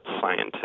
scientists